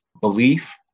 belief